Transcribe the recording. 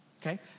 Okay